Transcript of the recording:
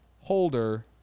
holder